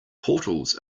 portals